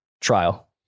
trial